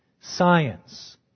Science